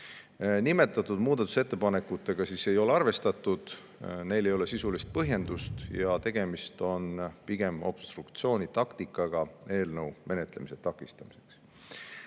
Nimetatud muudatusettepanekuid ei ole arvestatud. Neil ei ole sisulist põhjendust ja tegemist on pigem obstruktsiooni taktikaga eelnõu menetlemise takistamiseks.